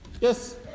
Yes